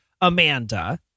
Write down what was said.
Amanda